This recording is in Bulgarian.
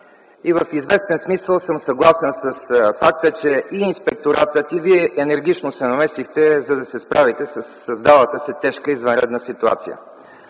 и в известен смисъл съм съгласен с факта, че и Инспекторатът, и Вие енергично се намесихте, за да се справите със създалата се тежка, извънредна ситуация.